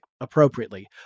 appropriately